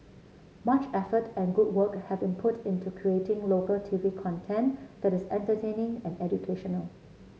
much effort and good work have been put into creating local TV content that is entertaining and educational